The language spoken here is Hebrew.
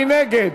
מי נגד?